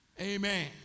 Amen